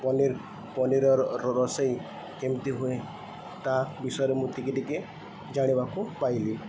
ପନିର ପନିରର ରୋଷେଇ କେମିତି ହୁଏ ତା ବିଷୟରେ ମୁଁ ଟିକେ ଟିକେ ଜାଣିବାକୁ ପାଇଲି